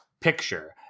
picture